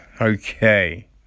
okay